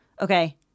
Okay